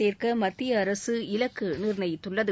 சேர்க்க மத்திய அரசு இலக்கு நிர்ணயித்துள்ளது